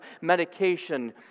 medication